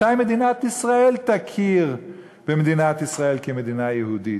מתי מדינת ישראל תכיר במדינת ישראל כמדינה יהודית?